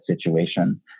situation